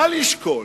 מה לשקול?